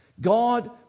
God